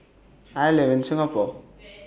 I live in Singapore